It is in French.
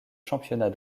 championnats